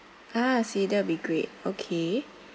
ah I see that will be great okay